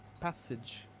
passage